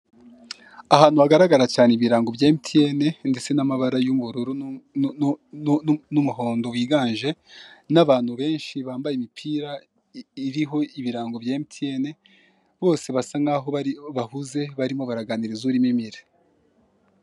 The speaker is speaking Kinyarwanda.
Ahantu hagargara cyane ibirango bya emutiyeni ndetse n'amabara y'ubururu n'umuhondo wiganje, n'abantu benshi bambaye imipira iriho ibirango bya emutiyene, bose basa nkaho bahuze barimo baraganiriza urimo imbere.